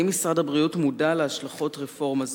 האם משרד הבריאות מודע להשלכות רפורמה זאת,